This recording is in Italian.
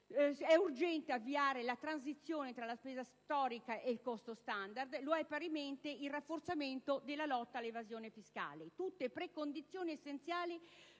È urgente avviare la transizione dalla spesa storica al costo standard; lo è parimenti il rafforzamento della lotta all'evasione fiscale: tutte precondizioni essenziali